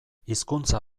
hizkuntza